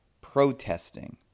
protesting